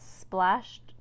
splashed